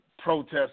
Protests